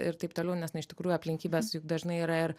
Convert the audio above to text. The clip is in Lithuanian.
ir taip toliau nes na iš tikrųjų aplinkybės juk dažnai yra ir